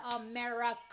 America